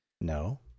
No